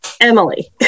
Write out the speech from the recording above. Emily